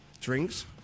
drinks